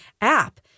app